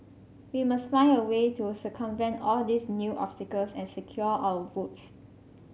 we must find a way to circumvent all these new obstacles and secure our votes